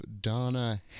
Donna